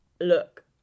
look